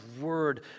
word